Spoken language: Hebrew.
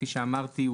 כפי שאמרתי,